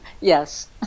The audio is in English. Yes